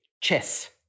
chess